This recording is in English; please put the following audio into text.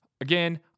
again